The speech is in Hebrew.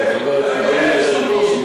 אדוני היושב-ראש,